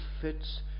fits